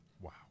Wow